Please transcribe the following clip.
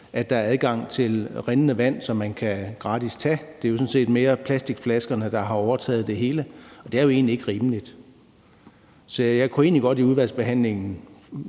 der er adgang til rindende vand, som man gratis kan tage. Det er sådan set mere plastikflaskerne, der har overtaget det hele, og det er jo egentlig ikke rimeligt. Så jeg kunne egentlig godt ønske mig,